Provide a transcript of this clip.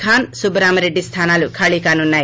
ఖాన్ సుబ్బరామిరెడ్డి స్థానాలు ఖాళీ కానున్నాయి